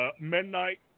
midnight